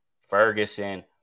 Ferguson